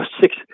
six